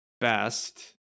best